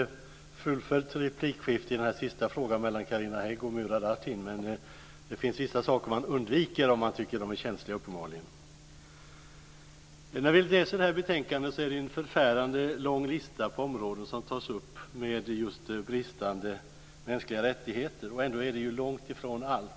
ett fullföljt replikskifte i den sista frågan mellan Carina Hägg och Murad Artin. Men uppenbarligen finns det vissa saker som man undviker om man tycker att de är känsliga. När det gäller ett sådant här betänkande är det en förfärande lång lista på områden som tas upp om just bristande mänskliga rättigheter. Ändå är det långt ifrån allt.